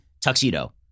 tuxedo